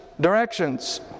directions